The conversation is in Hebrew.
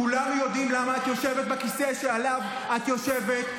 כולנו יודעים למה את יושבת בכיסא שעליו את יושבת,